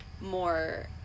more